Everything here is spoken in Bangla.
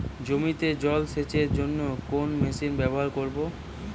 জমিতে জল সেচের জন্য কোন মেশিন ব্যবহার করব?